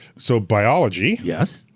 so, biology. yes.